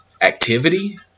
activity